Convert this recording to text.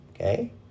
Okay